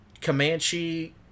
Comanche